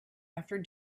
after